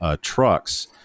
trucks